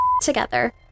together